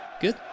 Good